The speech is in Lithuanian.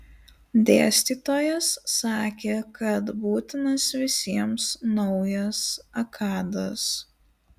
dėstytojas sakė kad būtinas visiems naujas akadas